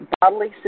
bodily